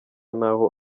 naho